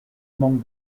among